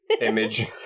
image